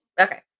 Okay